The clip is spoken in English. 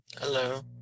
Hello